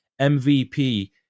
MVP